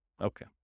Okay